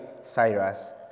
Cyrus